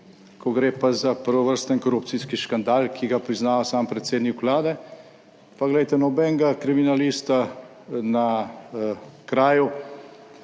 ko gre pa za prvovrsten korupcijski škandal, ki ga priznava sam predsednik vlade, pa glejte, nobenega kriminalista na kraju